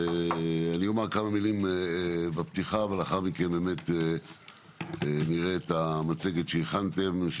ואני אומר כמה מילים בפתיחה ולאחר מכן נראה את המצגת שהכנתם,